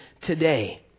today